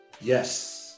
Yes